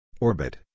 Orbit